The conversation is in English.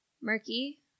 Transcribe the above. Murky